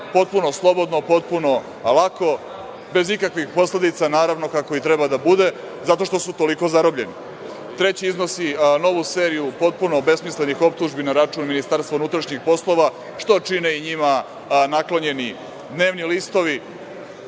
potpuno slobodno, potpuno lako, bez ikakvih posledica, naravno, kako i treba da bude, zato što su toliko zarobljeni. Treći iznosi novu seriju potpuno besmislenih optužbi na račun MUP-a, što čine i njima naklonjeni dnevni listovi.